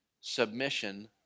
Submission